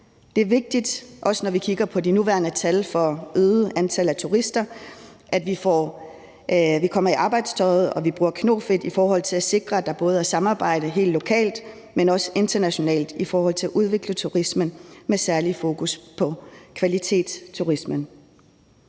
Det er vigtigt, også når vi kigger på de nuværende tal for det øgede antal af turister, at vi kommer i arbejdstøjet og bruger knofedt i forhold til at sikre, at der både er samarbejde helt lokalt, men også internationalt i forhold til at udvikle turismen med særlig fokus på kvalitetsturismen.